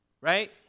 right